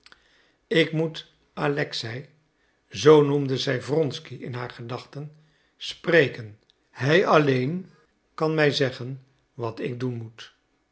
ik moet alexei zoo noemde zij wronsky in haar gedachten spreken hij alleen kan mij zeggen wat ik doen moet